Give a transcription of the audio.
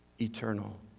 eternal